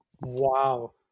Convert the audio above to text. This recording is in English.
Wow